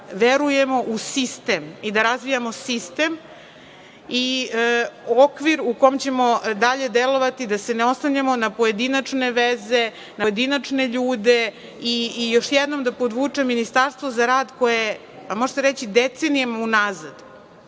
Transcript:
verujemo u sistem i da razvijamo sistem i okvir u kom ćemo dalje delovati, da se ne oslanjamo na pojedinačne veze, na pojedinačne ljude i, još jednom da podvučem, Ministarstvo za rad, koje, pa može se reći decenijama unazad